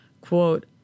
Quote